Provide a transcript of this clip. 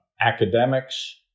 academics